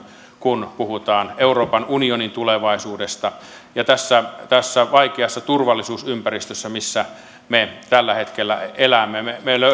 kun puhutaan euroopan unionin tulevaisuudesta tässä tässä vaikeassa turvallisuusympäristössä missä me tällä hetkellä elämme me